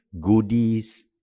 goodies